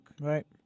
Right